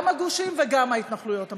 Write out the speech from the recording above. גם הגושים וגם ההתנחלויות המבודדות.